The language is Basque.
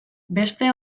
beste